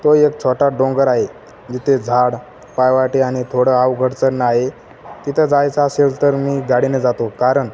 तो एक छोटा डोंगर आहे जिथे झाड पायवाटा आणि थोडं अवघड चढण आहे तिथं जायचं असेल तर मी गाडीने जातो कारण